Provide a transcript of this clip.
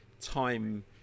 time